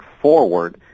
forward